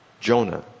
jonah